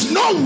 no